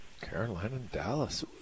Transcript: Carolina-Dallas